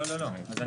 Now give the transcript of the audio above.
לא, לא, לא.